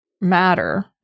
matter